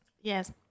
yes